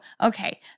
okay